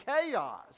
chaos